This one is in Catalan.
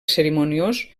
cerimoniós